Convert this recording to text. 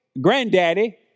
granddaddy